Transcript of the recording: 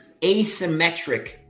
asymmetric